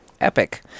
epic